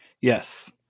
Yes